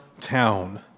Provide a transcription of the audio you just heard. town